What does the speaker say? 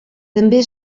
també